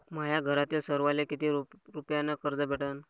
माह्या घरातील सर्वाले किती रुप्यान कर्ज भेटन?